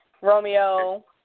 Romeo